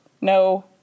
no